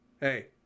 hey